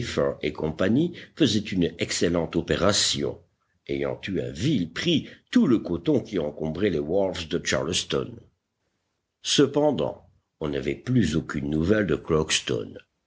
et co faisait une excellente opération ayant eu à vil prix tout le coton qui encombrait les wharfs de charleston cependant on n'avait plus aucune nouvelle de